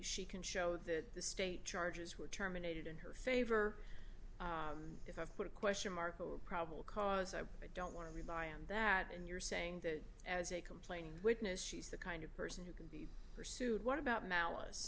she can show that the state charges were terminated in her favor if i put a question mark over probable cause i don't want to rely on that and you're saying that as a complaining witness she's the kind of person who can be pursued what about malice